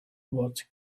what